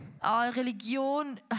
Religion